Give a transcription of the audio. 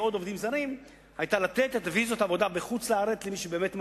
עוד עובדים זרים היא לתת בחוץ-לארץ ויזות עבודה למי שבאמת מגיע,